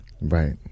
Right